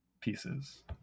pieces